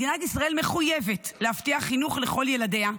מדינת ישראל מחויבת להבטיח חינוך לכל ילדיה,